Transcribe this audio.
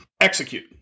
execute